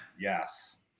Yes